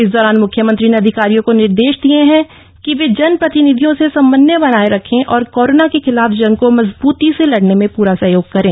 इस दौरान मुख्यमंत्री ने अधिकारियों को निर्देश दिए हैं कि वे जनप्रतिनिधियों से समन्वय बनाये रखें और कोरोना के खिलाफ जंग को मजबूती से लड़ने में पूरा सहयोग करें